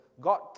God